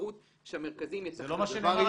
האפשרות שהמרכזים --- זה לא מה שנאמר